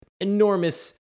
enormous